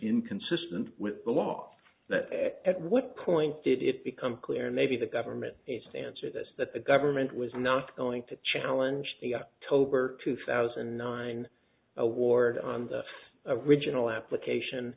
inconsistent with the law at what point did it become clear maybe the government needs to answer this that the government was not going to challenge the october two thousand and nine award on the original application